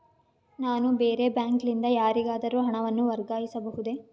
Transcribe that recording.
ನಾನು ಬೇರೆ ಬ್ಯಾಂಕ್ ಲಿಂದ ಯಾರಿಗಾದರೂ ಹಣವನ್ನು ವರ್ಗಾಯಿಸಬಹುದೇ?